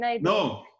No